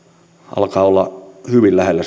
alkaa olla hyvin lähellä